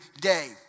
day